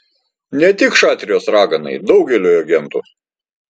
ne tik šatrijos raganai daugeliui agentų